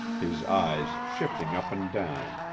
his eyes shifting up and down,